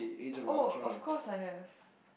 oh of course I have